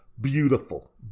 Beautiful